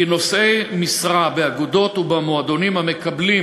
נושאי משרה באגודות ובמועדונים המקבלים